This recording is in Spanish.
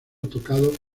tocado